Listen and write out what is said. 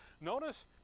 Notice